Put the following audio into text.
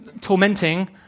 tormenting